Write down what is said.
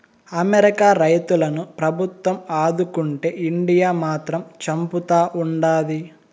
America రైతులను ప్రభుత్వం ఆదుకుంటే ఇండియా మాత్రం చంపుతా ఉండాది